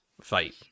fight